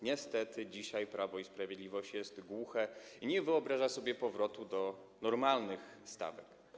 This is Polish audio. Niestety, dzisiaj Prawo i Sprawiedliwość jest głuche i nie wyobraża sobie powrotu do normalnych stawek.